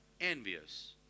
envious